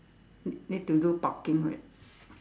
need to do parking right